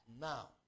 now